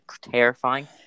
terrifying